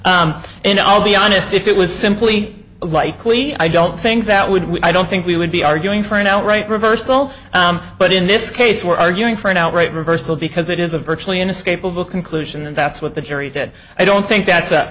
is and i'll be honest if it was simply likely i don't think that would we i don't think we would be arguing for an outright reversal but in this case we're arguing for an outright reversal because it is a virtually inescapable conclusion and that's what the jury did i don't think that's